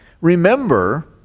Remember